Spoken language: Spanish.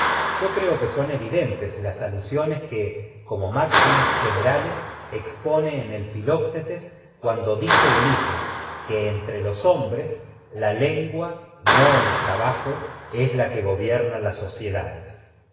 yo que mas son evidentes las alusiones que como en máxi generales expone que el filoctetes cuando dice ulises el entre los hombres que la lengua no trabajo es la gobierna las sociedades